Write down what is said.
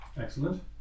Excellent